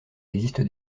existe